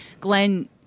Glenn